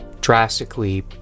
drastically